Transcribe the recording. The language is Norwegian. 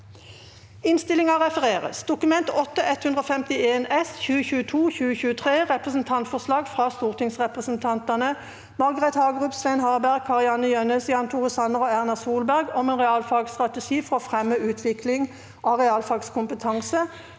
følgende v e d t a k : Dokument 8:151 S (2022–2023) – Representantforslag fra stortingsrepresentantene Margret Hagerup, Svein Harberg, Kari-Anne Jønnes, Jan Tore Sanner og Erna Solberg om en realfagsstrategi for å fremme utvikling av realfagskompetanse